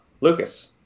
Lucas